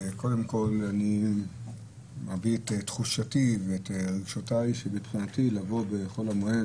קודם כל אני מביע את תחושתי ואת רגשותיי לבוא בחול המועד,